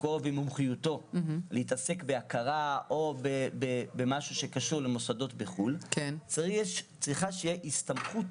להתעסק בהכרה של מוסדות בחו"ל צריכה שתהיה הסתמכות